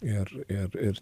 ir ir ir